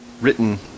written